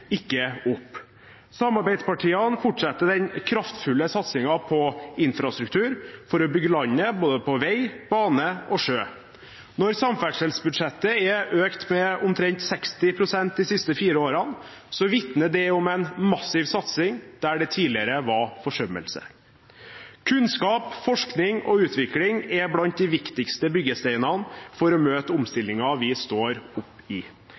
ikke opp. Samarbeidspartiene fortsetter den kraftfulle satsingen på infrastruktur for å bygge landet både på vei, bane og sjø. Når samferdselsbudsjettet er økt med omtrent 60 pst. de siste fire årene, vitner det om en massiv satsing der det tidligere var forsømmelse. Kunnskap, forskning og utvikling er blant de viktigste byggesteinene for å møte omstillingen vi står oppe i.